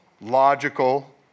logical